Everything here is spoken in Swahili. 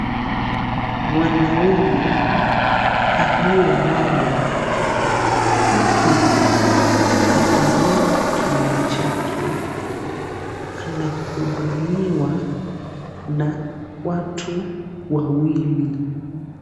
Mwanaume aliyelala huku kapanua kinywa chake, anahudumiwa na watu wawili.